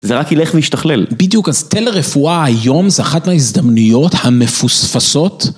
זה רק ילך וישתכלל. בדיוק, אז תל הרפואה היום זה אחת מההזדמנויות המפוספסות?